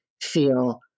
feel